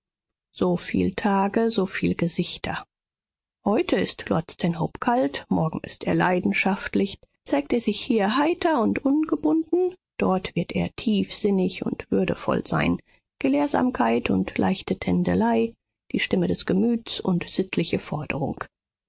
so viel tage so viel gesichter heute ist lord stanhope kalt morgen ist er leidenschaftlich zeigt er sich hier heiter und ungebunden dort wird er tiefsinnig und würdevoll sein gelehrsamkeit und leichte tändelei die stimme des gemüts und sittliche forderung